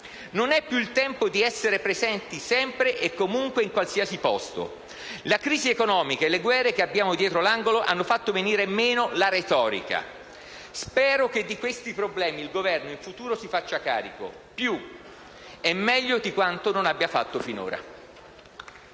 Non è più il tempo dì essere presenti sempre e comunque in qualsiasi posto. La crisi economica e le guerre che abbiamo dietro l'angolo hanno fatto venire meno la retorica. Spero che di questi problemi il Governo in futuro si faccia carico, di più e meglio di quanto abbia fatto finora.